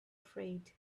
afraid